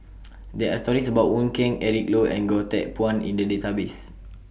There Are stories about Wong Keen Eric Low and Goh Teck Phuan in The Database